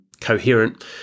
coherent